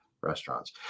restaurants